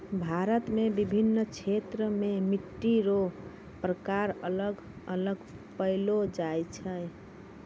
भारत मे विभिन्न क्षेत्र मे मट्टी रो प्रकार अलग अलग पैलो जाय छै